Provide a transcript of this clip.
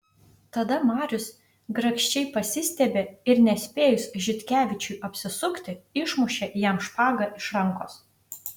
tada marius grakščiai pasistiebė ir nespėjus žitkevičiui apsisukti išmušė jam špagą iš rankos